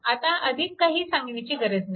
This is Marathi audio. आता अधिक काही सांगण्याची गरज नाही